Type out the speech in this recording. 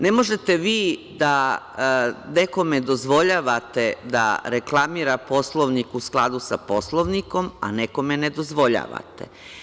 Ne možete vi da nekome dozvoljavate da reklamira Poslovnik u skladu sa Poslovniku, a nekome ne dozvoljavate.